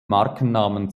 markennamen